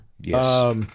Yes